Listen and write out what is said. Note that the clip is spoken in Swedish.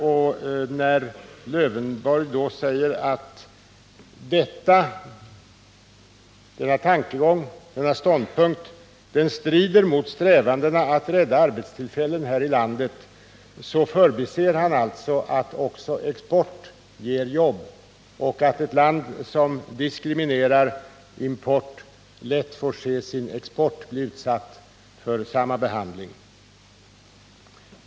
När Alf Lövenborg säger att denna tankegång strider mot strävandena att rädda arbetstillfällen här i landet förbiser han att också export ger jobb och att ett land som diskriminerar import lätt får se sin export bli utsatt för samma behandling.